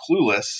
clueless